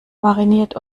mariniert